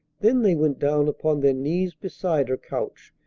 then they went down upon their knees beside her couch,